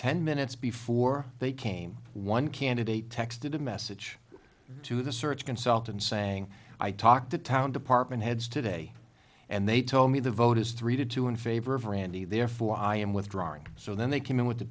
ten minutes before they came one candidate texted a message to the search consultant saying i talked to town department heads today and they told me the vote is three to two in favor of randy therefore i am withdrawing so then they came in with the